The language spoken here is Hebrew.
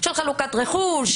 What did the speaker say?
של חלוקת רכוש,